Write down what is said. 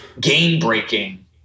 game-breaking